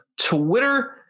Twitter